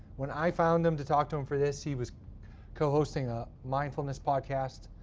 when i found him to talk to him for this, he was co-hosting a mindfulness podcast.